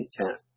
intent